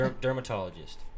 Dermatologist